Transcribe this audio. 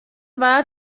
waard